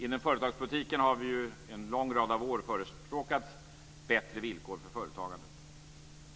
Inom företagspolitiken har vi en lång rad av år förespråkat bättre villkor för företagande.